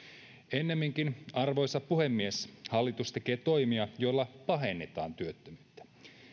ennemminkin arvoisa puhemies hallitus tekee toimia joilla pahennetaan työttömyyttä